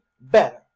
better